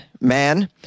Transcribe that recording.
man